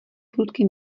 prudký